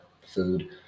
food